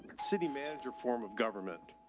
city manager form of government.